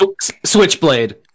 Switchblade